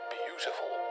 beautiful